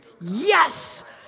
Yes